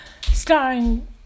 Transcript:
starring